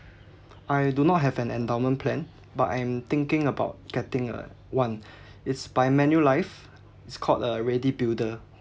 I do not have an endowment plan but I'm thinking about getting uh one it's by manulife it's called a ready builder